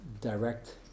direct